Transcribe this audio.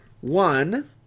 One